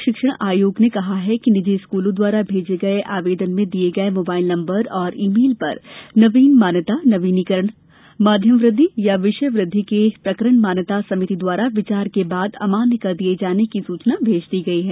लोक शिक्षण आयोग ने कहा है कि निजी स्कूलों द्वारा भेजे गये आवेदन में दिये गये मोबाइल नम्बर और ई मेल पर नवीन मान्यता नवीनीकरण माध्यम वृद्धि अथवा विषय वृद्धि के प्रकरण मान्यता समिति द्वारा विचार के बाद अमान्य कर दिये जाने की सूचना भेज दी गई है